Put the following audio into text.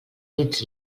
dits